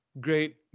great